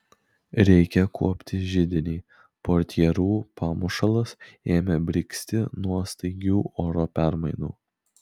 reikia kuopti židinį portjerų pamušalas ėmė brigzti nuo staigių oro permainų